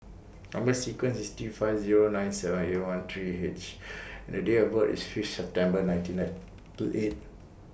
Number sequence IS T five Zero nine seven eight one three H and The Date of birth IS Fifth September nineteen ninety eight